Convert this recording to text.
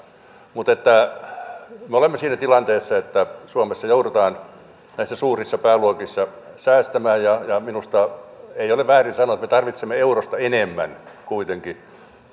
mutta me olemme siinä tilanteessa että suomessa joudutaan näissä suurissa pääluokissa säästämään minusta ei ole väärin sanoa että me tarvitsemme kuitenkin eurosta enemmän